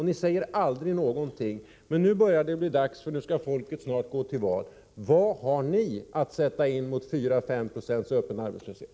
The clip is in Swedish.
Ni säger aldrig någonting om detta. Men nu börjar det bli dags, för nu skall folket snart gå till val. Vad har ni att sätta in mot 4-5 26 öppen arbetslöshet?